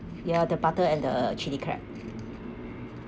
ya the butter and the chili crab